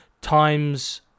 times